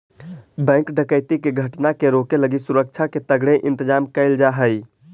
bank डकैती के घटना के रोके लगी सुरक्षा के तगड़े इंतजाम कैल जा हइ